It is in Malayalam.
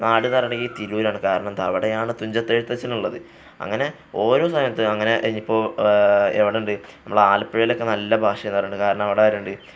നാടെന്ന് പറയുകയാണെങ്കില് തിരൂരാണ് കാരണമെന്താണ് അവിടെയാണ് തുഞ്ചത്തെഴുത്തച്ഛനുള്ളത് അങ്ങനെ ഓരോ സമയത്ത് അങ്ങനെ ഇനിയിപ്പോള് എവിടെയുണ്ട് നമ്മുടെ ആലപ്പുഴയിലൊക്കെ നല്ല ഭാഷയാണെന്ന് പറയാറുണ്ട് കാരണം അവിടെ ആരുണ്ട്